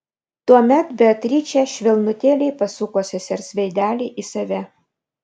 tuomet beatričė švelnutėliai pasuko sesers veidelį į save